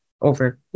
over